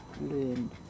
learn